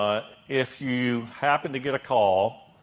ah if you happen to get a call,